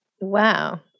Wow